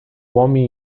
homem